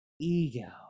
ego